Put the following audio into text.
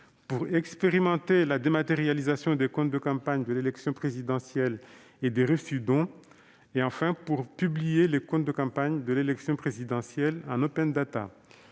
pour expérimenter la dématérialisation des comptes de campagne de l'élection présidentielle et des reçus-dons et, enfin, pour publier les comptes de campagne de l'élection présidentielle en. À cela